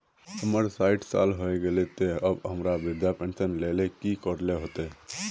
हमर सायट साल होय गले ते अब हमरा वृद्धा पेंशन ले की करे ले होते?